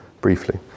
briefly